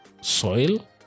soil